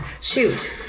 Shoot